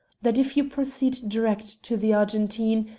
that if you proceed direct to the argentine,